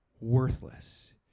worthless